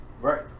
Right